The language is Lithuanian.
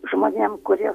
žmonėm kurie